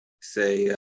Say